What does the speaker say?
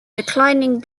declining